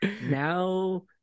now